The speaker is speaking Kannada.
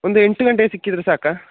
ಒಂದು ಎಂಟು ಗಂಟೆಗೆ ಸಿಕ್ಕಿದರೆ ಸಾಕಾ